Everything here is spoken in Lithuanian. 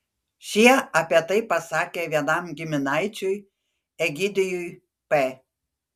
šie apie tai pasakė vienam giminaičiui egidijui p